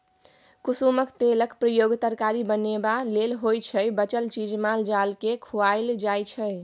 कुसुमक तेलक प्रयोग तरकारी बनेबा लेल होइ छै बचल चीज माल जालकेँ खुआएल जाइ छै